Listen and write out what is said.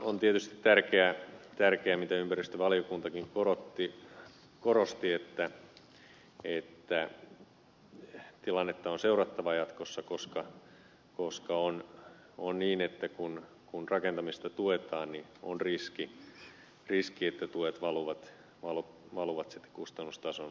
on tietysti tärkeää mitä ympäristövaliokuntakin korosti että tilannetta on seurattava jatkossa koska lustoon on niin että kun kun rakentamista tuetaan niin on riski että tuet valuvat kustannustason nousuun